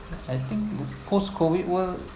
I think post-COVID world